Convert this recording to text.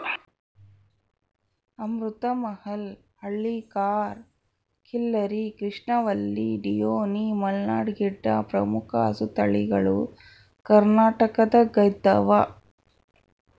ಅಮೃತ ಮಹಲ್ ಹಳ್ಳಿಕಾರ್ ಖಿಲ್ಲರಿ ಕೃಷ್ಣವಲ್ಲಿ ಡಿಯೋನಿ ಮಲ್ನಾಡ್ ಗಿಡ್ಡ ಪ್ರಮುಖ ಹಸುತಳಿಗಳು ಕರ್ನಾಟಕದಗೈದವ